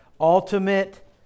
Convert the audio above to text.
ultimate